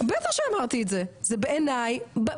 בטח שאמרתי את זה, זה בעיני זה